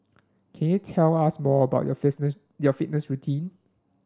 can you tell us more about your your fitness routine